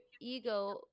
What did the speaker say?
ego